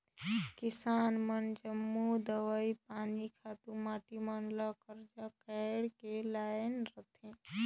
किसान मन जम्मो दवई पानी, खातू माटी मन ल करजा काएढ़ के लाएन रहथें